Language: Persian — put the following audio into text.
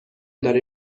داره